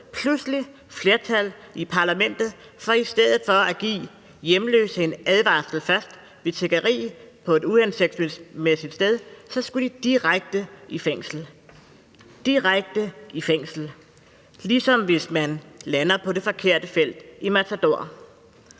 pludselig flertal i parlamentet for, at man i stedet for først at give hjemløse en advarsel ved tiggeri på uhensigtsmæssige steder så skulle sende dem direkte i fængsel – direkte i fængsel! – ligesom hvis man lander på det forkerte felt i »Matador«.